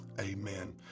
Amen